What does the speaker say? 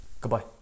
Goodbye